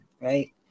right